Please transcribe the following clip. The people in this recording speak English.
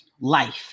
life